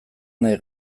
nahi